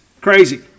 Crazy